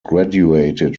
graduated